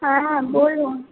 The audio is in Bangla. হ্যাঁ বলুন